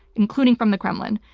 including from the kremlin.